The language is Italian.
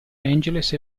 angeles